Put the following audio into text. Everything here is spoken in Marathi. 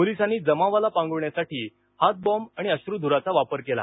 पोलिसांनी जमावाला पांगवण्यासाठी हातबॉंब आणि अश्रूधुराचा वापर केला